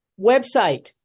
website